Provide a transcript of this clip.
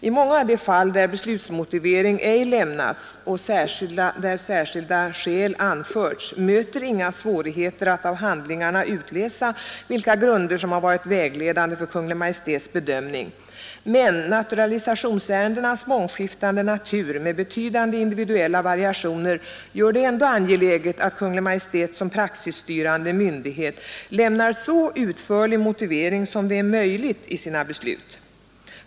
I många av de fall där beslutsmotivering ej lämnats och där ”särskilda skäl” anförts, möter inga svårigheter att av handlingarna utläsa vilka grunder som varit vägledande för Kungl. Maj:ts bedömning. Men naturalisationsärendenas mångskiftande natur med betydande individuella variationer gör det ändå angeläget att Kungl. Maj:t som praxisstyrande myndighet lämnar så utförlig motivering i sina beslut som det är möjligt.